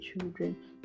children